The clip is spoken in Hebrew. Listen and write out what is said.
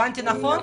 הבנתי נכון?